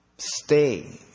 Stay